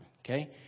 okay